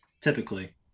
Typically